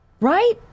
right